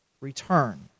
return